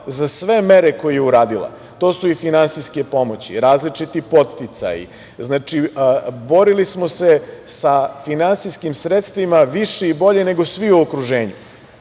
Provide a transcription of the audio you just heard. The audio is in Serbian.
za sve mere koje je uradila. To su i finansijske pomoći, različiti podsticaji, borili smo se sa finansijskim sredstvima više i bolje nego svi u okruženju,